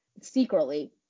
secretly